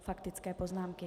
Faktické poznámky.